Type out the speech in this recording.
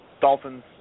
Dolphins